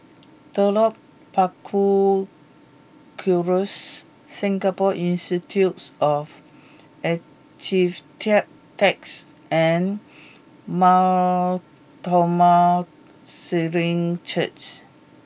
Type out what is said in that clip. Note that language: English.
Telok Paku Circus Singapore Institute of and Mar Thoma Syrian Church